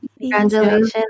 Congratulations